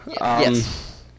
Yes